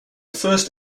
first